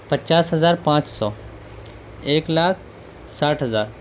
پچاس ہزار پانچ سو ایک لاکھ ساٹھ ہزار